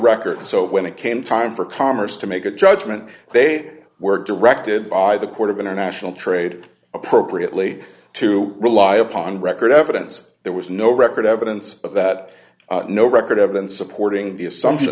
record so when it came time for commerce to make a judgement they were directed by the court of international trade appropriately to rely upon record evidence there was no record evidence of that no record evidence supporting the assumption